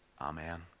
amen